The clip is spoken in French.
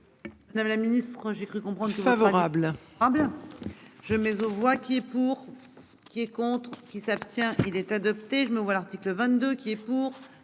Madame la Ministre, j'ai cru comprendre favorable ensemble. Je mets aux voix qui est pour. Qui est contre qui s'abstient. Il est adopté. Je mets aux voix l'article 22 qui est pour